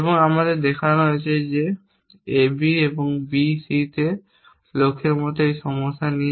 এবং আমাদের দেখানো হয়েছে যে AB এবং B C তে লক্ষ্যের মতো এই ধরনের সমস্যা নিয়ে